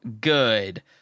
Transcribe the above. good